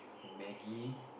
maggi